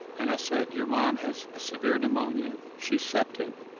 and i said, your mom has ah severe pneumonia. she's septic.